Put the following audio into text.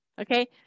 Okay